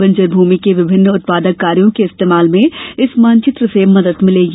बंजर भूमि के विभिन्न उत्पादक कार्यों के इस्तेमाल में इस मानचित्र से मदद मिलेगी